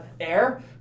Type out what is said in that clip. air